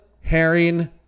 Herring